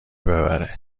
ببره